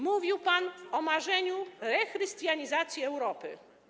Mówił pan o marzeniu o rechrystianizacji Europy.